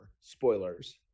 Spoilers